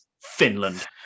Finland